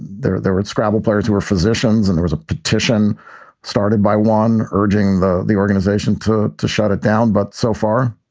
there there is scrabble players who are physicians and there is a petition started by one urging the the organization to to shut it down. but so far,